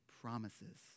promises